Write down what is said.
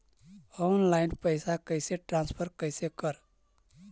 Online पैसा कैसे transfer कैसे कर?